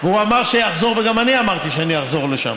הוא אמר שיחזור וגם אני אמרתי שאחזור לשם.